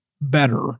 better